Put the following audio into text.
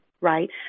right